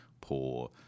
poor